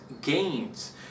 gains